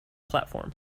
platform